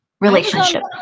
relationship